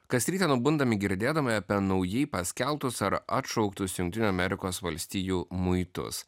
kas rytą nubundame girdėdami apie naujai paskelbtus ar atšauktus jungtinių amerikos valstijų muitus